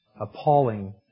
appalling